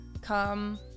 come